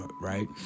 right